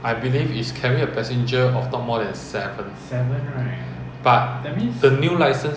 so err class three license you can drive a motor vehicle up to a certain weight